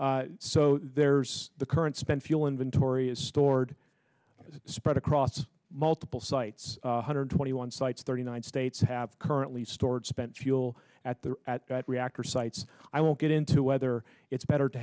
so there's the current spent fuel inventory is stored spread across multiple sites hundred twenty one sites thirty nine states have currently stored spent fuel at the reactor sites i won't get into whether it's better to